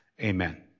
Amen